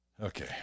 Okay